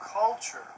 culture